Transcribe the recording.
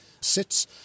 sits